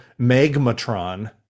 magmatron